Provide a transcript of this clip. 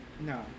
No